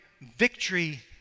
victory